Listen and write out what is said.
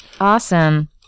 Awesome